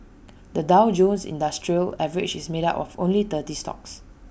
the Dow Jones industrial average is made up of only thirty stocks